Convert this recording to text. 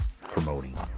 Promoting